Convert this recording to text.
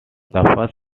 first